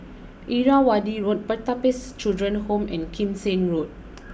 Irrawaddy Road Pertapis Children Home and Kim Seng Road